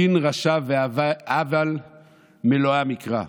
דין רשע ועוול מלואם יקרא.